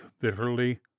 bitterly